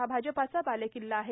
हा भाजपाचा बालेकिल्ला आहे